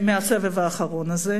מהסבב האחרון הזה.